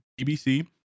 BBC